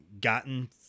gotten